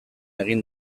egin